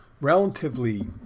relatively